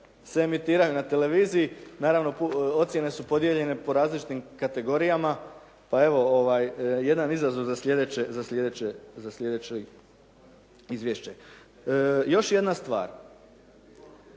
se emitiraju na televiziji, naravno ocjene su podijeljene po različitim kategorijama. Pa evo, jedan izazov za sljedeće izvješće. Još jedna stvar.